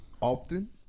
Often